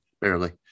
barely